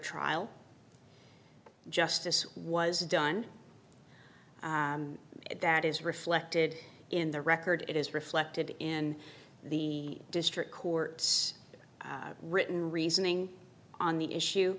trial justice was done that is reflected in the record it is reflected in the district court written reasoning on the issue